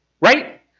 right